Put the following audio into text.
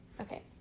Okay